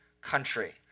country